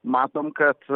matom kad